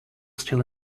still